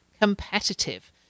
competitive